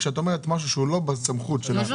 כשאת אומרת: משהו שהוא לא בסמכות של רשות